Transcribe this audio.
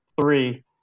three